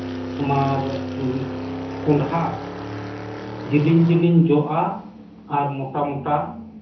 ᱛᱳᱢᱟᱨ ᱠᱚᱸᱰᱦᱟ ᱡᱤᱞᱤᱧ ᱡᱤᱞᱤᱧ ᱡᱚᱜ ᱟ ᱟᱨ ᱢᱚᱴᱟ ᱢᱚᱴᱟ